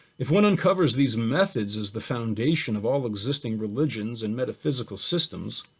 if one uncovers these methods as the foundation of all existing religions and metaphysical systems,